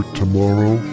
tomorrow